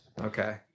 Okay